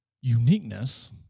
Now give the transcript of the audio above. uniqueness